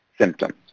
symptoms